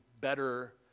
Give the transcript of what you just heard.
better